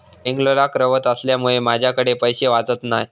बेंगलोराक रव्हत असल्यामुळें माझ्याकडे पैशे वाचत नाय